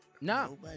No